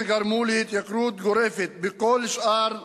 שגרמה להתייקרות גורפת בכל שאר המוצרים.